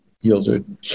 yielded